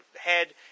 head